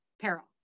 peril